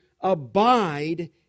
abide